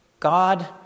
God